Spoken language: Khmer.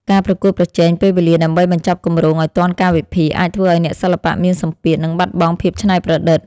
ការប្រកួតប្រជែងពេលវេលាដើម្បីបញ្ចប់គម្រោងឱ្យទាន់កាលវិភាគ អាចធ្វើឱ្យអ្នកសិល្បៈមានសម្ពាធ និងបាត់បង់ភាពច្នៃប្រឌិត។